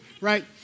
right